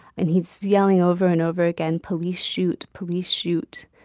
and he's yelling, over and over again, police shoot, police shoot.